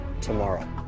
tomorrow